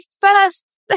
first